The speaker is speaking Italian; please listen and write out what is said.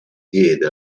diede